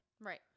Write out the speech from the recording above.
Right